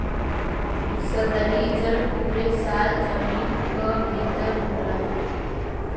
सतही जल पुरे साल जमीन क भितर होला